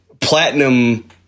platinum